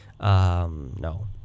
no